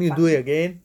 need to do it again